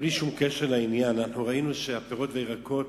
בלי שום קשר לעניין, ראינו שפירות וירקות